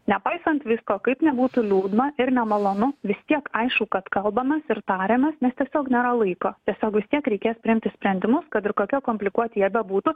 nepaisant visko kaip nebūtų liūdna ir nemalonu vis tiek aišku kad kalbamės ir tariamės nes tiesiog nėra laiko tiesiog vis tiek reikės priimti sprendimus kad ir kokie komplikuoti jie bebūtų